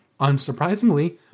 Unsurprisingly